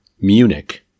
Munich